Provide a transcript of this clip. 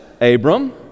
Abram